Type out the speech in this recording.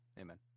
amen